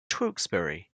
tewkesbury